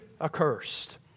accursed